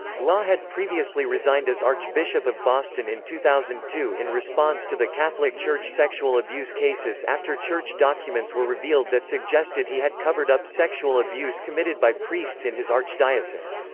law had previously resigned as archbishop of boston in two thousand and two in response to the catholic church sexual abuse cases after church documents were revealed that suggested he had covered up sexual abuse committed by priests in his archdiocese.